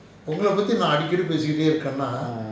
ah